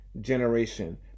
generation